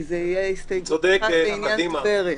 כי זאת תהיה הסתייגות אחת לעניין טבריה.